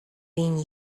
been